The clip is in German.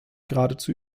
geradezu